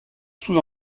sous